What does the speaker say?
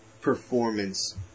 performance